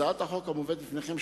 הצעת החוק המובאת בפניכם,